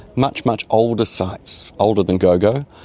much, much older sites, older than gogo.